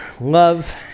love